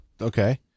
Okay